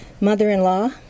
mother-in-law